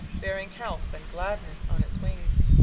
bearing health and gladness on its wings.